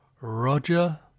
Roger